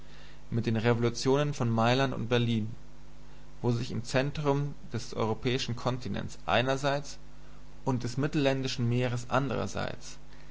mit den revolutionen von mailand und berlin wo sich im zentrum des europäischen kontinents einerseits und des mittelländischen meeres andrerseits